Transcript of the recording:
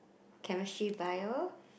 chemistry bio